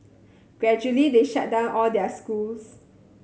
gradually they shut down all their schools